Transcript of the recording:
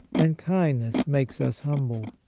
and kindness makes us humble.